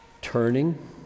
turning